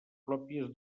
pròpies